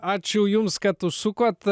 ačiū jums kad užsukot